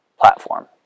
platform